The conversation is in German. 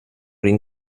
den